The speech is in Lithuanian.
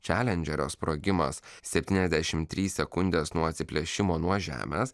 čelendžerio sprogimas sptyniasdešimt trys sekundes nuo atsiplėšimo nuo žemės